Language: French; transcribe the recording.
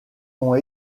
ont